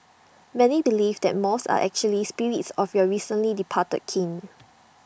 many believe that moths are actually spirits of your recently departed kin